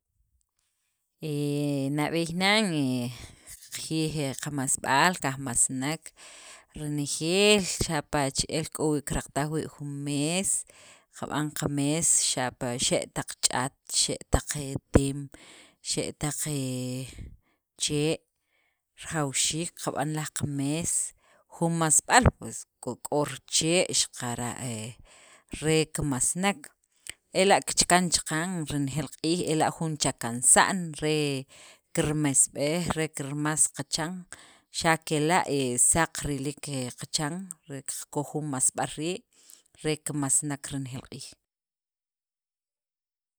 He nab'eey nan he qajiyij he qamasb'al, kajmasnek renejeel xapa' che'el k'o wii' kiraqtaj wii' jun mes, qab'an qamees xapa' xe' taq ch'aat, xe' taq teem, xe' taq chee', rajawxiik qab'an laj qamees, jun masb'al pues k'o jun richee' xaqara' he re kimasnek, ela' kichakan chaqan renejeel q'iij, ela' jun chakansa'n re kirmesb'ej, re kirmas qachan, xa' kela' saq riliik qachan, re qakoj jun masb'al rii' re kimasnek renejeel q'iij.